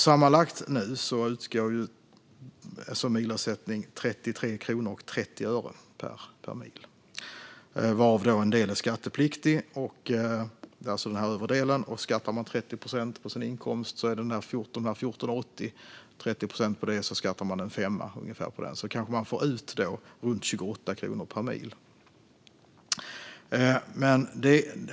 Sammanlagt utgår därmed en ersättning om 33 kronor och 30 öre per mil, varav den övre delen är skattepliktig. Skattar man 30 procent på sin inkomst skattar man därför ungefär en femma på dessa 14,80. Då får man alltså ut runt 28 kronor per mil.